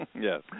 Yes